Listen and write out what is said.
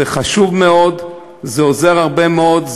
זה חשוב מאוד וזה עוזר הרבה מאוד.